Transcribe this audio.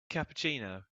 cappuccino